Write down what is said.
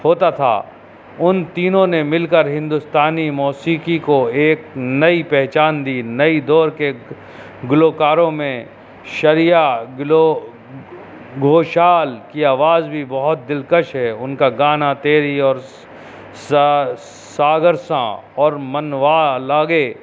ہوتا تھا ان تینوں نے مل کر ہندوستانی موسییقی کو ایک نئی پہچان دی نئی دور کے گلوکاروں میں شرییا گھوشال کی آواز بھی بہت دلکش ہے ان کا گانا تیری اور ساگرساں اور منوا لاگے